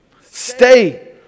Stay